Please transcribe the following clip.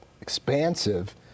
expansive